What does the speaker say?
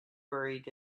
buried